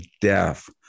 death